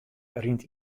rint